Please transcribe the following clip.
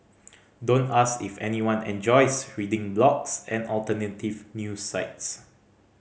don't ask if anyone enjoys reading blogs and alternative news sites